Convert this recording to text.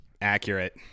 Accurate